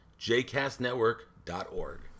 jcastnetwork.org